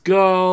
go